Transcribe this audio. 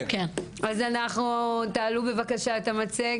אז תעלו אותה בבקשה.